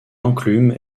enclume